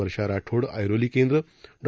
वर्षाराठोड ऐरोलीकेंद्र डॉ